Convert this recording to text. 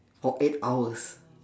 for eight hours